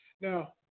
Now